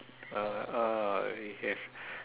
uh uh have